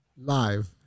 live